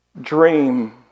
dream